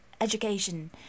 education